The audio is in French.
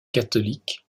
catholiques